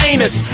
Anus